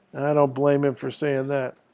i don't blame him for saying that.